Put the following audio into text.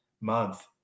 month